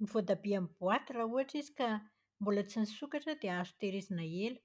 Ny voatabia amin'ny boaty raha ohatra ka mbola tsy nisokatra dia azo tahirizina ela.